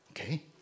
Okay